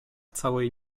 całej